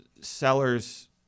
sellers